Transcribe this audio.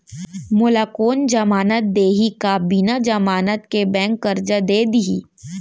मोला कोन जमानत देहि का बिना जमानत के बैंक करजा दे दिही?